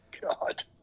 God